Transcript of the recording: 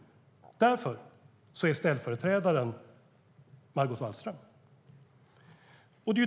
Därför är ställföreträdaren Margot Wallström.